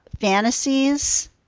fantasies